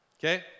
Okay